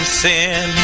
sin